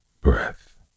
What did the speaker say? breath